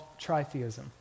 tritheism